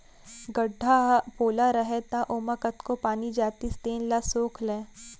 गड्ढ़ा ह पोला रहय त ओमा कतको पानी जातिस तेन ल सोख लय